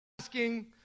asking